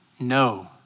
No